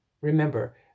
Remember